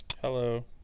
Hello